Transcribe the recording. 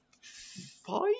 five